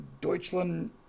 Deutschland